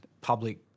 public